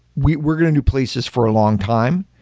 we're we're going to do places for a long time.